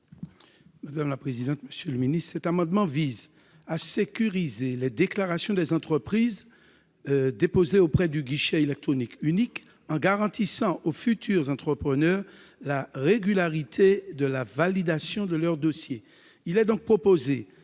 : La parole est à M. Maurice Antiste. Cet amendement vise à sécuriser les déclarations des entreprises déposées auprès du guichet électronique unique, en garantissant aux futurs entrepreneurs la régularité de la validation de leur dossier.